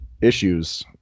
issues